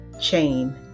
chain